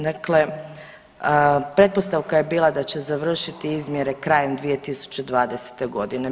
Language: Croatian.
Dakle, pretpostavka je bila da će završiti izmjere krajem 2020. godine.